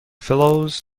fellows